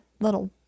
little